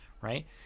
right